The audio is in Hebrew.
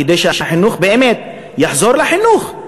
כדי שהחינוך יחזור לחינוך,